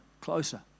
closer